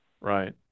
right